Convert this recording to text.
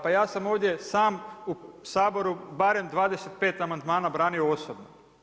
Pa ja sam ovdje sam u Saboru bar 25 amandmana brani osobno.